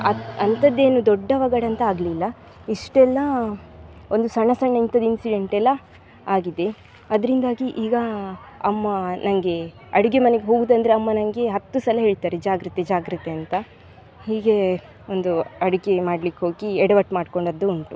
ಅಂಥ ಅಂಥದ್ದೇನೂ ದೊಡ್ಡ ಅವಘಡ ಎಂಥ ಆಗಲಿಲ್ಲ ಇಷ್ಟೆಲ್ಲ ಒಂದು ಸಣ್ಣ ಸಣ್ಣ ಇಂಥದ್ದು ಇನ್ಸಿಡೆಂಟೆಲ್ಲ ಆಗಿದೆ ಅದರಿಂದಾಗಿ ಈಗ ಅಮ್ಮ ನನಗೆ ಅಡುಗೆ ಮನೆಗೆ ಹೋಗುವುದಂದ್ರೆ ಅಮ್ಮ ನನಗೆ ಹತ್ತು ಸಲ ಹೇಳ್ತಾರೆ ಜಾಗ್ರತೆ ಜಾಗ್ರತೆ ಅಂತ ಹೀಗೆ ಒಂದು ಅಡಿಗೆ ಮಾಡಲಿಕ್ಕೋಗಿ ಎಡವಟ್ಟು ಮಾಡಿಕೊಂಡದ್ದು ಉಂಟು